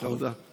תודה.